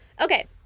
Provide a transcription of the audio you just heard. Okay